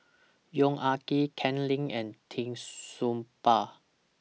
Yong Ah Kee Ken Lim and Tee Soon Ba